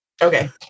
Okay